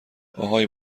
اهای